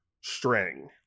string